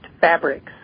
fabrics